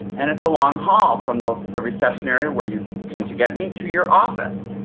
and it's a long haul from the the reception area where you came to get me to your office.